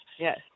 Yes